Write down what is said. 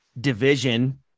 division